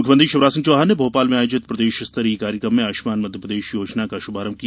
मुख्यमंत्री शिवराज सिंह चौहान ने भोपाल में आयोजित प्रदेश स्तरीय कार्यक्रम में आयुष्मान मध्यप्रदेश योजना का शुभारंभ किया